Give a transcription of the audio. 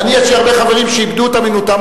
אני יש לי הרבה חברים שאיבדו את אמינותם,